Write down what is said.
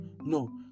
no